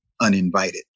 uninvited